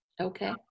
Okay